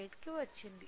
8 కి వచ్చింది